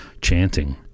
chanting